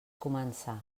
començar